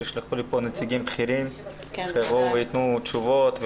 שישלחו לי פה נציגים בכירים שיבואו ויתנו תשובות,